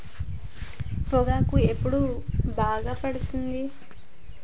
పొగాకు ఎప్పుడు బాగా పండుతుంది?